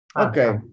Okay